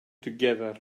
together